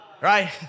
right